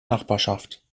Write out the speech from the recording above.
nachbarschaft